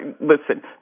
listen